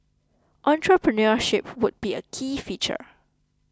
entrepreneurship would be a key feature